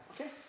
okay